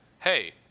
hey